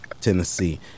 Tennessee